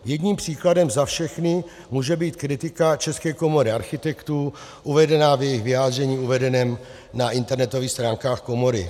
Jedním příkladem za všechny může být kritika České komory architektů uvedená v jejich vyjádření uvedeném na internetových stránkách komory.